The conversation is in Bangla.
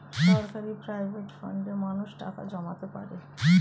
সরকারি প্রভিডেন্ট ফান্ডে মানুষ টাকা জমাতে পারে